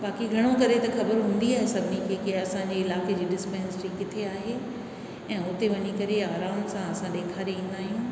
बाक़ी घणो करे त ख़बर हूंदी आहे सभिनी खे की असांजे इलाइक़े जी डिस्पैंसरी किथे आहे ऐं हुते वञी करे आराम सां असां ॾेखारे ईंदा आहियूं